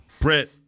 Brett